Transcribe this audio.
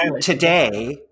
Today